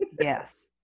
Yes